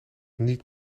niet